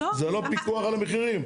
זה לא פיקוח על המחירים.